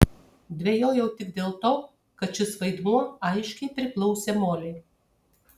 dvejojau tik dėl to kad šis vaidmuo aiškiai priklausė molei